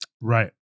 Right